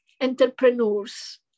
entrepreneurs